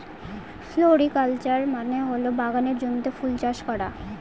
floriculture মানে হল বাগানের জমিতে ফুল চাষ করা